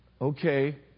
okay